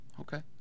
Okay